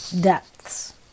depths